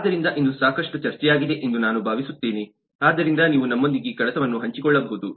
ಆದ್ದರಿಂದ ಇoದು ಸಾಕಷ್ಟು ಚರ್ಚೆಯಾಗಿದೆ ಎಂದು ನಾನು ಭಾವಿಸುತ್ತೇನೆ ಆದ್ದರಿಂದ ನೀವು ನಮ್ಮೊಂದಿಗೆ ಕಡತ ವನ್ನು ಹಂಚಿಕೊಳ್ಳಬಹುದು